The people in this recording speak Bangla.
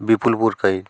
বিপুল বোরখাই